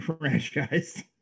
franchise